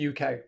UK